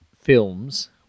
films